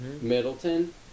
Middleton